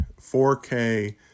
4K